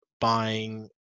buying